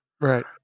Right